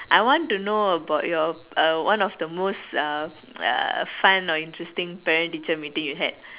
I want to know about your one of your most uh uh fun or interesting parent teacher meeting you had